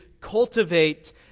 cultivate